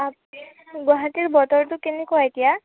গুৱাহাটীৰ বতৰটো কেনেকুৱা এতিয়া